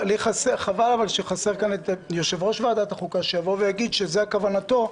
חבל שחסר כאן יושב-ראש ועדת החוקה שיבוא ויגיד שזו כוונתו,